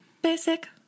Basic